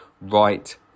right